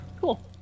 cool